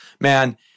man